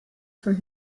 for